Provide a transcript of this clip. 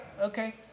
Okay